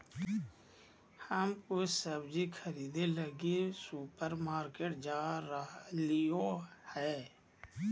हम कुछ सब्जि खरीदे लगी सुपरमार्केट जा रहलियो हें